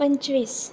पंचवीस